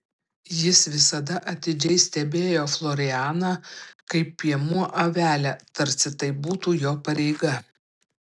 jis visada atidžiai stebėjo florianą kaip piemuo avelę tarsi tai būtų jo pareiga